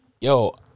yo